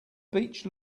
beach